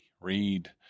read